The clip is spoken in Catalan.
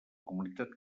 comunitat